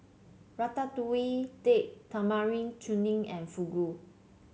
Ratatouille Date Tamarind Chutney and Fugu